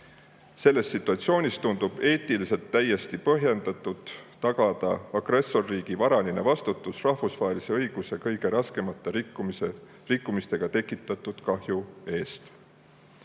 Selles situatsioonis tundub eetiliselt täiesti põhjendatud tagada agressorriigi varaline vastutus rahvusvahelise õiguse kõige raskemate rikkumistega tekitatud kahju eest.